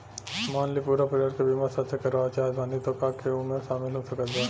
मान ली पूरा परिवार के बीमाँ साथे करवाए के चाहत बानी त के के ओमे शामिल हो सकत बा?